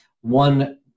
one